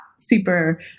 super